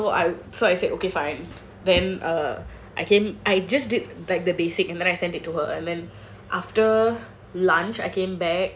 so I so I said okay fine then err I came I just did like the basic then I sent it to her then after lunch I came back